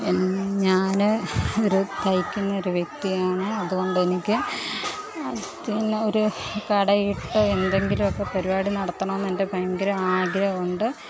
ഞാൻ ഒരു തയ്ക്കുന്നൊരു വ്യക്തിയാണ് അതുകൊണ്ട് എനിക്ക് അതിനൊരു കടയിട്ട് എന്തങ്കിലുമൊക്കെ പരിപാടി നടത്തണം എന്ന് എൻ്റെ ഭയങ്കര ആഗ്രഹമുണ്ട്